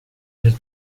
nel